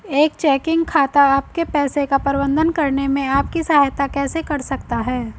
एक चेकिंग खाता आपके पैसे का प्रबंधन करने में आपकी सहायता कैसे कर सकता है?